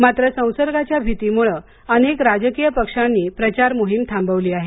मात्र संसर्गाच्या भीतीमुळं अनेक राजकीय पक्षांनी प्रचार मोहीम थांबवली आहे